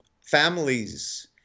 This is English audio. families